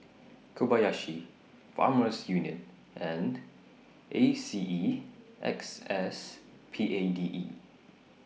Kobayashi Farmers Union and A C E X S P A D E